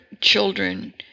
children